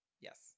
Yes